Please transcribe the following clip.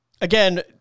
again